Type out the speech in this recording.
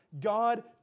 God